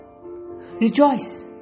Rejoice